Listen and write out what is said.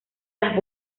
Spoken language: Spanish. las